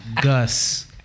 Gus